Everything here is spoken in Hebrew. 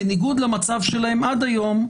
בניגוד למצב שלהם עד היום,